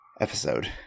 episode